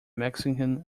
mexican